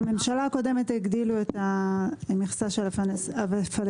בממשלה הקודמת הגדילו את המכסה של הפלסטינאים